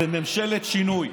ו"ממשלת שינוי".